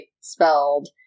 spelled